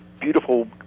beautiful